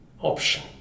option